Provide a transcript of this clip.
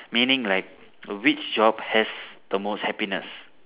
meaning like which job has the most happiness